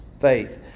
Faith